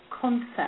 concept